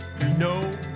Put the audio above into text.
no